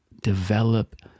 develop